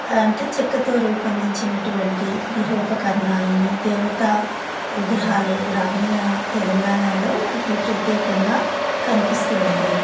అంటే చెక్కతో రూపొందించినటువంటి గృహోపకరణాలని దేవత విగ్రహాలు గ్రామీణ తెలంగాణలో అవి ప్రత్యేకంగా కనిపిస్తూ ఉంటాయి